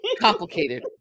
complicated